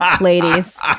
ladies